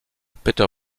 peter